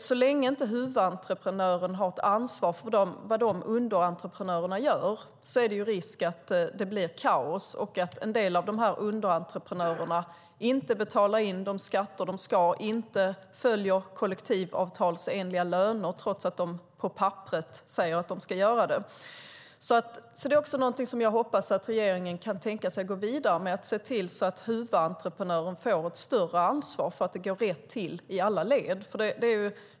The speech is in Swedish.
Så länge inte huvudentreprenören har ett ansvar för vad underentreprenörerna gör är det risk för kaos, att en del av underentreprenörerna inte betalar in skatter eller inte betalar ut kollektivavtalsenliga löner, trots att de på papper säger att de ska göra så. Jag hoppas att regeringen kan tänka sig att gå vidare med att se till att huvudentreprenören får ett större ansvar för att det går rätt till i alla led.